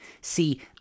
See